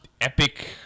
epic